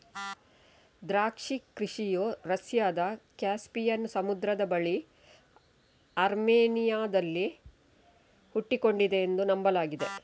ದ್ರಾಕ್ಷಿ ಕೃಷಿಯು ರಷ್ಯಾದ ಕ್ಯಾಸ್ಪಿಯನ್ ಸಮುದ್ರದ ಬಳಿ ಅರ್ಮೇನಿಯಾದಲ್ಲಿ ಹುಟ್ಟಿಕೊಂಡಿದೆ ಎಂದು ನಂಬಲಾಗಿದೆ